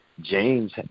James